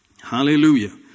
Hallelujah